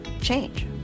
change